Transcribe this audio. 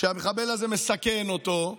כשהמחבל הזה מסכן אותו,